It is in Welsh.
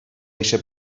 eisiau